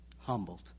humbled